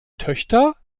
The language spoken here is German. töchter